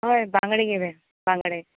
हय बांगडे घेवया बांगडे